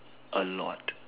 a lot